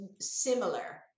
similar